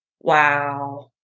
Wow